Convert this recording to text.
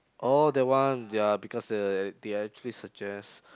oh that one ya because uh they actually suggest